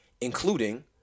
including